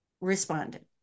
responded